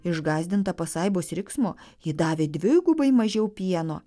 išgąsdinta pasaipos riksmo ji davė dvigubai mažiau pieno